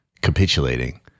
capitulating